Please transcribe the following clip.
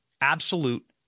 absolute